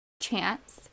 Chance